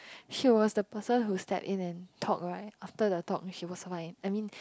she was the person who step in and talk right after the talk she was mine I mean